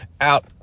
out